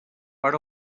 per